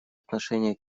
отношение